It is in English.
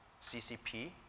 CCP